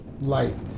life